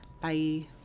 Bye